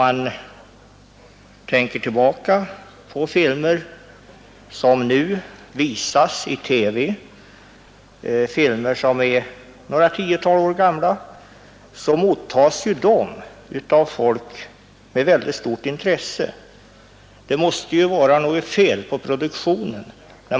Det framgår bl.a. av att folk med stort intresse tar emot de några tiotal år gamla filmer som nu visas i TV. När man fått fram ett sådant resultat, måste det vara något fel med nyproduktionen.